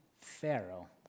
Pharaoh